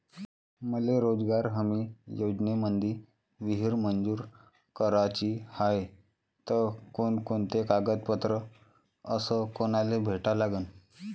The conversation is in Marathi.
मले रोजगार हमी योजनेमंदी विहीर मंजूर कराची हाये त कोनकोनते कागदपत्र अस कोनाले भेटा लागन?